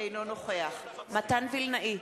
אינו נוכח מתן וילנאי,